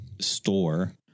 store